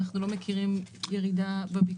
אנחנו לא מכירים ירידה בביקוש.